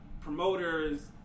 promoters